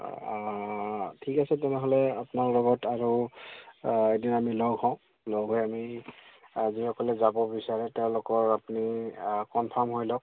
অঁ ঠিক আছে তেনেহ'লে আপোনাৰ লগত আৰু এদিন আমি লগ হওঁ লগ হৈ আমি যিসকলে যাব বিচাৰে তেওঁলোকৰ আপুনি কনফাৰ্ম হৈ লওক